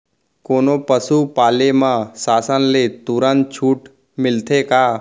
कोनो पसु पाले म शासन ले तुरंत छूट मिलथे का?